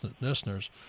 Listeners